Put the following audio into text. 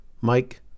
Mike